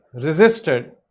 resisted